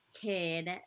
kid